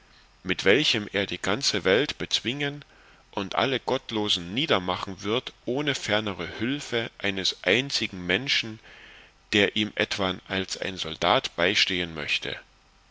mit welchem er die ganze welt bezwingen und alle gottlosen niedermachen wird ohne fernere hülfe eines einzigen menschen der ihm etwan als ein soldat beistehen möchte